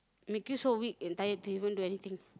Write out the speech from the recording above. make you so weak and tired to even do anything